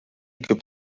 gibt